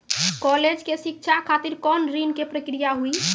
College के शिक्षा खातिर कौन ऋण के प्रक्रिया हुई?